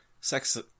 Sex